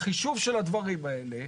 חישוב של הדברים האלה,